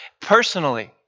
personally